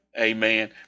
Amen